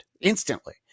instantly